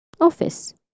office